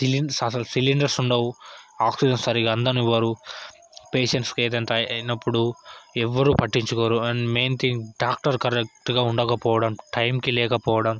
సిలింగ్స్ అసలు సిలిండర్స్ ఉండవు ఆక్సిజన్ సరిగా అందనివ్వరు పేషంట్స్కు ఏదైనా అయినప్పుడు ఎవ్వరూ పట్టించుకోరు అండ్ మెయిన్ థింగ్ డాక్టర్ కరెక్ట్గా ఉండకపోవడం టైంకి లేకపోవడం